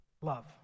love